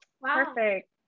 Perfect